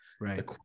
right